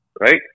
Right